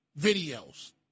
videos